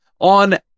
On